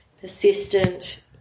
persistent